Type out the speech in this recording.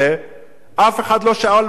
אף אחד לא שאל במשך השנים.